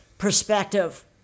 Perspective